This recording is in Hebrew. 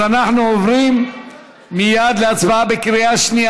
אנחנו עוברים מייד להצבעה בקריאה שנייה.